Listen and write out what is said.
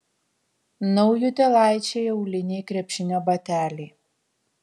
naujutėlaičiai auliniai krepšinio bateliai